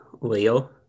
Leo